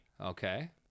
Okay